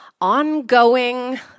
ongoing